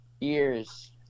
years